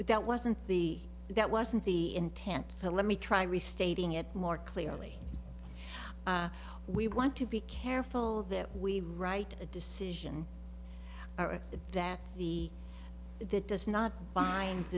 it that wasn't the that wasn't the intent to let me try restating it more clearly we want to be careful that we write a decision that the if that does not bind